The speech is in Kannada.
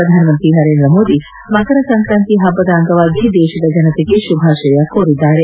ಪ್ರಧಾನಮಂತ್ರಿ ನರೇಂದ್ರ ಮೋದಿ ಮಕರ ಸಂಕ್ರಾಂತಿ ಹಬ್ಬದ ಅಂಗವಾಗಿ ದೇಶದ ಜನತೆಗೆ ಶುಭಾಶಯ ಕೋರಿದ್ದಾರೆ